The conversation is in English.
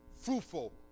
fruitful